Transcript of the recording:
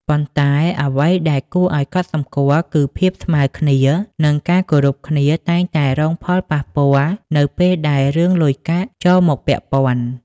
ប៉ុន្តែ អ្វីដែលគួរឲ្យកត់សម្គាល់គឺ ភាពស្មើគ្នា និងការគោរពគ្នាតែងតែរងផលប៉ះពាល់ នៅពេលដែលរឿងលុយកាក់ចូលមកពាក់ព័ន្ធ។